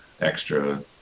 extra